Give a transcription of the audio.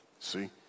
See